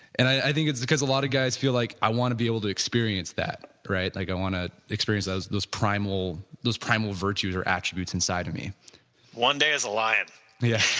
and i think it's because a lot of guys feel like, i want to be able to experience that, right, like i want to experience those primal those primal virtues or attributes inside of me one day as a lion yes,